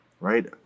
right